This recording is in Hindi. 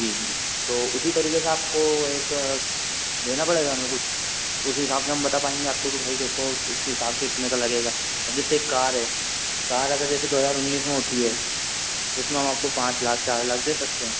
जी जी तो उसी तरीके से आपको एक देना पड़ेगा हमें कुछ उस हिसाब से हम बता पाएंगे आपको कि भाई देखो इस हिसाब से इतने का लगेगा अब जैसे एक कार है कार अगर जैसे दो हजार उन्नीस में उठी है तो इसमें हम आपको पाँच लाख चार लाख दे सकते हैं